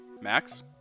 Max